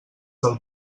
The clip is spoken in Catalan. del